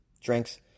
drinks